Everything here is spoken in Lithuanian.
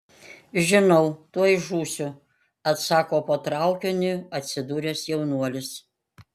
žinau tuoj žūsiu atsako po traukiniu atsidūręs jaunuolis